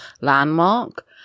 landmark